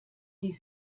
die